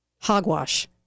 hogwash